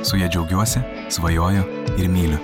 su ja džiaugiuosi svajoju ir myliu